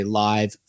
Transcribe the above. live